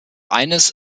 eines